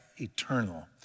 eternal